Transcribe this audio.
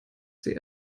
sie